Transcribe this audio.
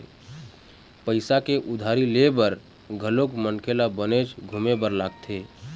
पइसा के उधारी ले बर घलोक मनखे ल बनेच घुमे बर लगथे